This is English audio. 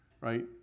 Right